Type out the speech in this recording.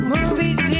Movies